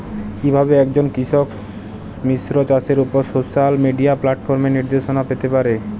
কিভাবে একজন কৃষক মিশ্র চাষের উপর সোশ্যাল মিডিয়া প্ল্যাটফর্মে নির্দেশনা পেতে পারে?